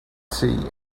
see